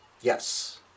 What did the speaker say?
Yes